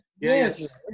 yes